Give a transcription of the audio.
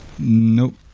Nope